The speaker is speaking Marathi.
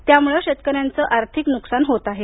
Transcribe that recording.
त्यामुळे शेतकऱ्यांचं आर्थिक नुकसान होत आहे